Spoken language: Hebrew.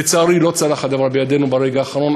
לצערי, לא צלח הדבר בידנו ברגע האחרון.